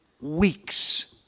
weeks